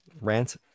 Rant